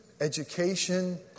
education